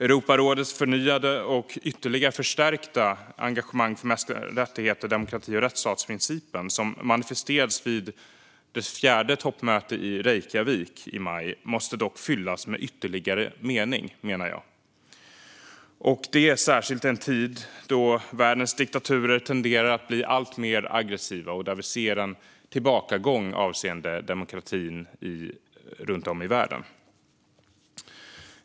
Europarådets förnyade och ytterligare förstärkta engagemang för mänskliga rättigheter, demokrati och rättsstatsprincipen, som manifesterades vid det fjärde toppmötet i Reykjavík i maj, måste dock fyllas med ytterligare mening. Det gäller särskilt i en tid då världens diktaturer tenderar att bli alltmer aggressiva och vi ser en tillbakagång för demokratin runt om i världen.